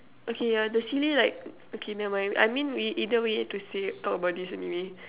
okay uh the silly like okay never mind I mean we either way need to say it talk about this anyway